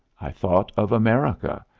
i thought of america,